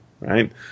right